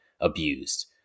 abused